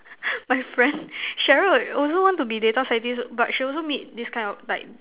my friend Sheryl also want to be data scientist but she also meet this kind of like